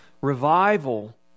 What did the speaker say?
Revival